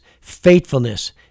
faithfulness